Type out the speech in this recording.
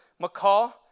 McCall